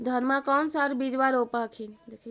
धनमा कौन सा बिजबा रोप हखिन?